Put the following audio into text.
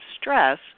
stress